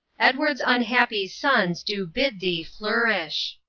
edward's unhappy sons do bid thee flourish.